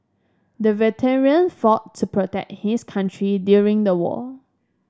the veteran fought to protect his country during the war